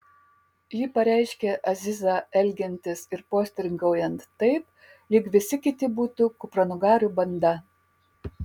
ji pareiškė azizą elgiantis ir postringaujant taip lyg visi kiti būtų kupranugarių banda